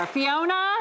Fiona